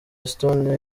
stone